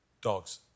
Dogs